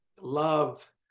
love